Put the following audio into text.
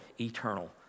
eternal